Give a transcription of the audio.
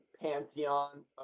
pantheon